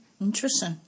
Interesting